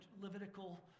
Levitical